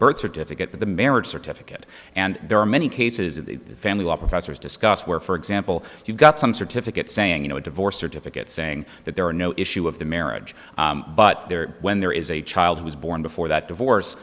birth certificate but the marriage certificate and there are any cases of the family law professors discuss where for example you've got some certificate saying you know a divorce certificate saying that there are no issue of the marriage but there when there is a child who was born before that divorce